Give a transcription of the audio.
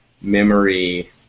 memory